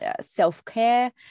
self-care